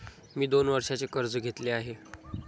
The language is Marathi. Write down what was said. मी दोन वर्षांचे कर्ज घेतले आहे